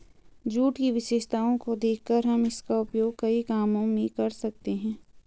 jute की विशेषताओं को देखकर हम इसका उपयोग कई कामों में कर सकते हैं